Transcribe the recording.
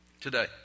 today